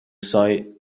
site